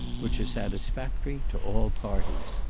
which are satisfactory to all parties.